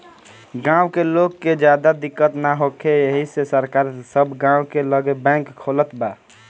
गाँव के लोग के ज्यादा दिक्कत ना होखे एही से सरकार सब गाँव के लगे बैंक खोलत बा